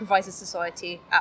society